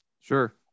sure